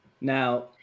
Now